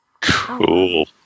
Cool